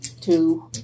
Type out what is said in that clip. Two